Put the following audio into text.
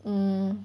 mm